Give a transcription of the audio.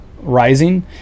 rising